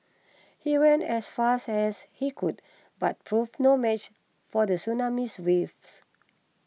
he ran as fast as he could but proved no match for the tsunamis waves